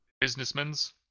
Businessmen's